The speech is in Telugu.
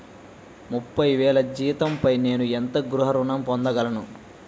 ముప్పై వేల జీతంపై నేను ఎంత గృహ ఋణం పొందగలను?